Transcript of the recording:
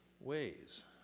ways